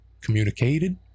communicated